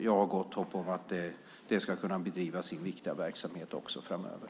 Jag har gott hopp om att den ska kunna bedriva sin viktiga verksamhet också framöver.